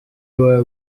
were